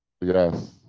Yes